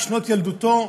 שנות ילדותו,